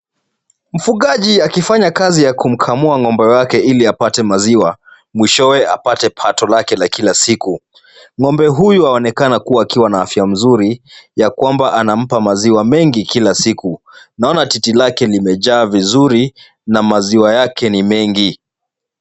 Mfugaji akifanya kazi ya kumkamua ng'ombe wake ili apate maziwa mwishowe apate pato lake la kila siku . Ng'ombe anaonekana kuwa na afya nzuri ya kwamba anampa maziwa mengi kila siku. Naona titi lake limejaa vizuri na maziwa yake ni mengi.